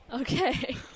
Okay